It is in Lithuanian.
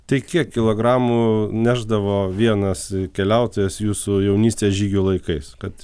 tik kiek kilogramų nešdavo vienas keliautojas jūsų jaunystės žygių laikais kad